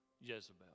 Jezebel